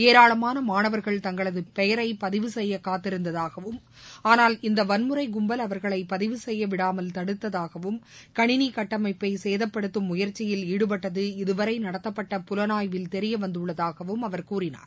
இராளமானமானவர்கள் தங்களதுபெயரைபதிவு செய்யகாத்திருந்ததாகவும் ஆனால் இந்தவன்முறைகும்பல் அவர்களைபதிவு செய்யவிடாமல் தடுத்ததாகவும் கணினிகட்டமைப்பைசேதப்படுத்தும் முயற்சியில் ஈடுபட்டது இதுவரைநடத்தப்பட்ட புலனாய்வில் தெரியவந்துள்ளதாகவும் கூறினார்